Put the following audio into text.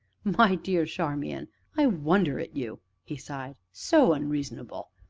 my dear charmian i wonder at you! he sighed, so unreasonable.